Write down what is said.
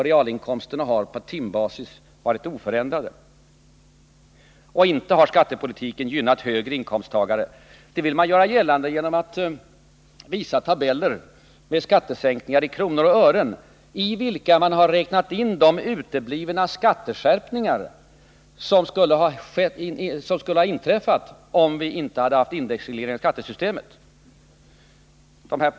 Realinkomsterna på timbasis har varit oförändrade. Och inte har skattepolitiken gynnat högre inkomsttagare. Det vill man göra gällande genom att visa tabeller med skattesänkningarna i kronor och ören. I dessa tabeller har man räknat in de uteblivna skatteskärpningar som skulle ha inträffat om vi inte hade haft systemet med indexreglerade skatteskalor.